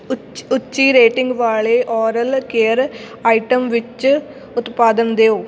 ਉੱਚ ਉੱਚੀ ਰੇਟਿੰਗ ਵਾਲੇ ਓਰਲ ਕੇਅਰ ਆਈਟਮ ਵਿੱਚ ਉਤਪਾਦਨ ਦਿਓ